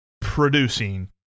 producing